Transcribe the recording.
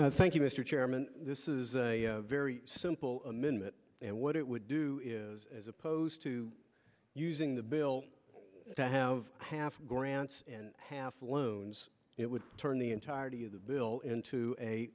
order thank you mr chairman this is a very a simple amendment and what it would do is as opposed to using the bill to have half grants half loans it would turn the entirety of the bill into a